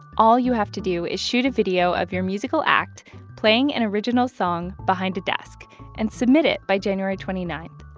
all you have to do is shoot a video of your musical act playing an original song behind a desk and submit it by january twenty nine.